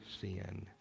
sin